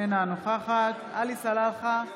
אינה נוכחת עלי סלאלחה,